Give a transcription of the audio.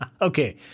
Okay